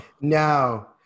No